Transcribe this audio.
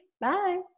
Bye